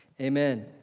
Amen